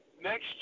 next